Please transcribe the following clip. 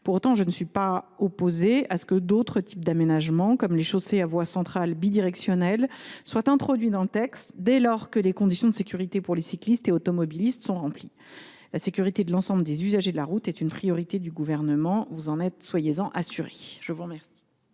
Pour autant, je ne suis pas opposée à ce que d’autres types d’aménagements, comme les chaussées à voies centrales bidirectionnelles, soient introduits dans le texte dès lors que les conditions de sécurité pour les cyclistes et automobilistes sont remplies. La sécurité de l’ensemble des usagers de la route est une priorité du Gouvernement, soyez en ici assuré. La parole